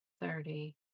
thirty